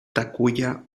takuya